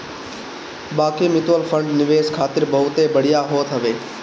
बाकी mutual fund निवेश खातिर बहुते बढ़िया होत हवे